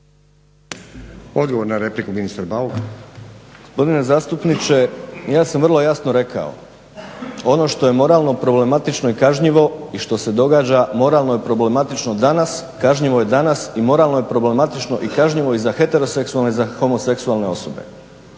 Odgovor na repliku, ministar Bauk. **Bauk, Arsen (SDP)** Gospodine zastupniče, ja sam vrlo jasno rekao, ono što je moralno problematično i kažnjivo i što se događa moralno je problematično danas, kažnjivo je danas i moralno je problematično i kažnjivo i za heteroseksualne i homoseksualne osobe.